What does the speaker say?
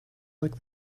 like